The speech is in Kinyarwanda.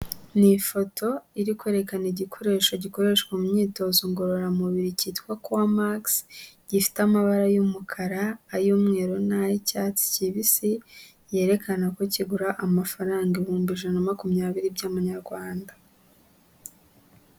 Ni ifoto iri kwerekana igikoresho gikoreshwa mu myitozo ngororamubiri cyitwa Core Max, gifite amabara y'umukara, ay'umweru n'ay'icyatsi kibisi, yerekana ko kigura amafaranga ibihumbi ijana na makumyabiri by'Amanyarwanda.